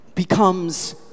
Becomes